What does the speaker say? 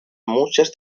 muchas